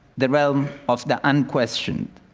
the realm of the unquestioned,